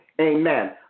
amen